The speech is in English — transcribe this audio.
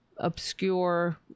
obscure